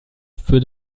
für